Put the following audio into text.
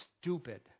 stupid